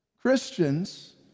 Christians